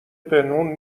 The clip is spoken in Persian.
پنهون